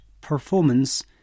performance